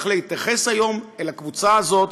צריך להתייחס היום אל הקבוצה הזאת,